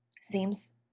seems